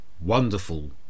wonderful